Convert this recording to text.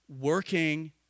working